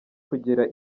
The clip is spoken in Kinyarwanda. kugera